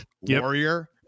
warrior